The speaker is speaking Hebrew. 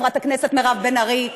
חברת הכנסת מירב בן ארי,